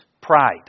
Pride